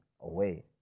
away